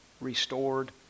restored